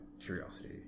curiosity